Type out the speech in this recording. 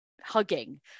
hugging